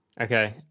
Okay